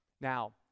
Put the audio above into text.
now